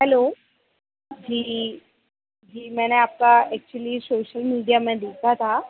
hello जी जी मैंने आपका ऐक्चुली शोशल मीडिया में देखा था